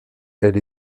elle